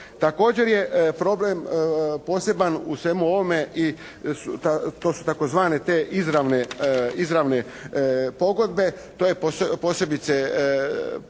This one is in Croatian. Također je problem poseban u svemu ovome to su tzv. te izravne pogodbe. To je posebice